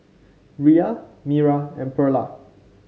Rhea Mira and Perla